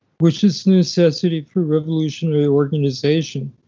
which is necessity for revolutionary organization,